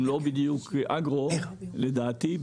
ולא בדיוק אגרו: לדעתי,